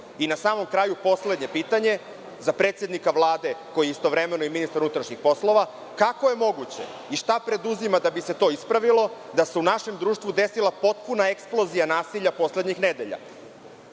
samom kraju, poslednje pitanje za predsednika Vlade, koji je istovremeno i ministar unutrašnjih poslova, kako je moguće i šta preduzima da bi se to ispravilo, da se u našem društvu desila potpuna eksplozija nasilja poslednjih nedelja?